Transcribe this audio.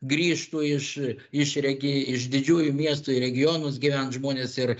grįžtų iš iš regi iš didžiųjų miestų į regionus gyvent žmonės ir